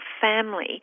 family